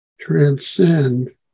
transcend